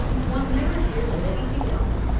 one never hears of any thing else.